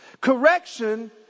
Correction